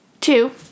Two